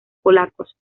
polacos